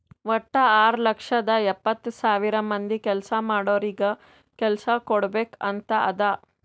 ವಟ್ಟ ಆರ್ ಲಕ್ಷದ ಎಪ್ಪತ್ತ್ ಸಾವಿರ ಮಂದಿ ಕೆಲ್ಸಾ ಮಾಡೋರಿಗ ಕೆಲ್ಸಾ ಕುಡ್ಬೇಕ್ ಅಂತ್ ಅದಾ